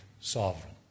sovereign